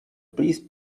please